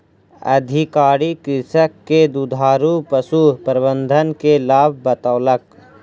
अधिकारी कृषक के दुधारू पशु प्रबंधन के लाभ बतौलक